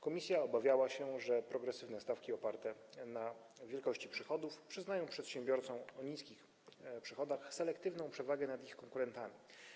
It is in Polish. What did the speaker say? Komisja obawiała się, że progresywne stawki oparte na wielkości przychodów przyznają przedsiębiorcom o niskich przychodach selektywną przewagę nad ich konkurentami.